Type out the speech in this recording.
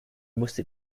musste